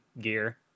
gear